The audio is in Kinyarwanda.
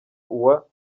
uwa